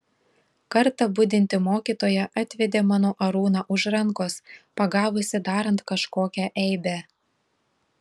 kartą budinti mokytoja atvedė mano arūną už rankos pagavusi darant kažkokią eibę